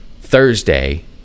Thursday